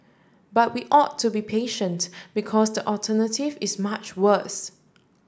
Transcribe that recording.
but we ought to be patient because the alternative is much worse